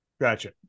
Gotcha